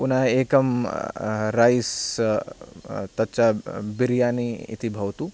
पुनः एकं रैस् तच्च बि बिरियानि इति भवतु